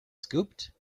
scooped